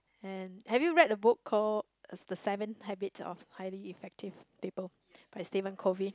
and have you read a book call the Seven Habits of Highly Effective People by Stephen-Covey